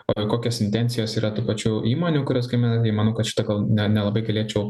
o kokios intencijos yra tų pačių įmonių kurios gamina tai manau kad šitą gal ne nelabai galėčiau